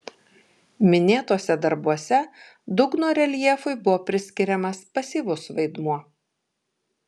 minėtuose darbuose dugno reljefui buvo priskiriamas pasyvus vaidmuo